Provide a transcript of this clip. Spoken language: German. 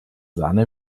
sahne